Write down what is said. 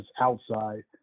outside